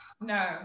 No